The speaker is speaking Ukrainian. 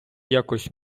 якось